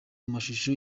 mashusho